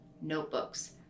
notebooks